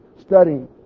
studying